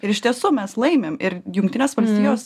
ir iš tiesų mes laimim ir jungtinės valstijos